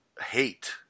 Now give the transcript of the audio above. hate